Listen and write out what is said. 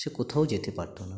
সে কোথাও যেতে পারতো না